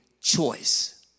choice